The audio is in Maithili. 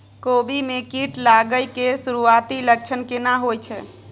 कोबी में कीट लागय के सुरूआती लक्षण केना होय छै